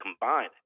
combined